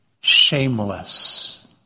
shameless